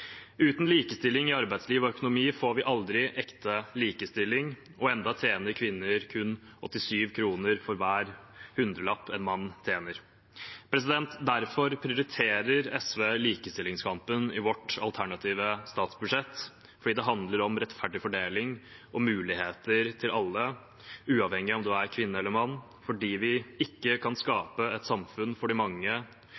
Uten likestilling i arbeidsliv og økonomi får vi aldri ekte likestilling, og ennå tjener kvinner kun 87 kr for hver hundrelapp en mann tjener. Derfor prioriterer SV likestillingskampen i sitt alternative statsbudsjett – fordi det handler om rettferdig fordeling og muligheter for alle, uavhengig av om man er kvinne eller mann, fordi vi ikke kan